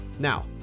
Now